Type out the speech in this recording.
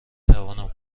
توانم